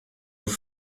vous